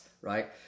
right